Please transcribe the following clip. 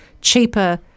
cheaper